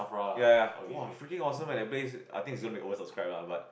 ya ya !wah! freaking awesome leh the place I think it's going to be over subscribe lah but